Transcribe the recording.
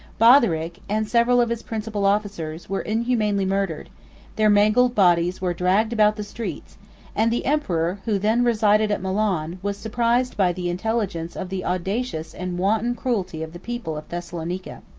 botheric, and several of his principal officers, were inhumanly murdered their mangled bodies were dragged about the streets and the emperor, who then resided at milan, was surprised by the intelligence of the audacious and wanton cruelty of the people of thessalonica.